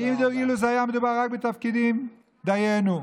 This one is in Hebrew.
אילו היה מדובר רק על תפקידים, דיינו.